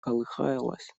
колыхалась